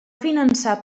finançar